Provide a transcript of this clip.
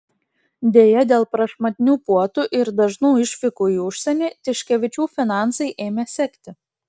deja dėl prašmatnių puotų ir dažnų išvykų į užsienį tiškevičių finansai ėmė sekti